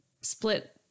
split